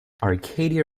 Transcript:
arcadia